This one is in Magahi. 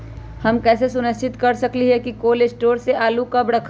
हम कैसे सुनिश्चित कर सकली ह कि कोल शटोर से आलू कब रखब?